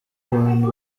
bantu